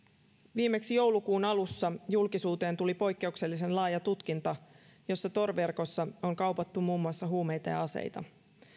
viimeksi joulukuun alussa julkisuuteen tuli poikkeuksellisen laaja tutkinta jossa tor verkossa on kaupattu muun muassa huumeita ja aseita